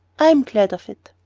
i am glad of it.